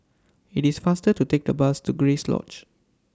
IT IS faster to Take The Bus to Grace Lodge